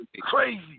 crazy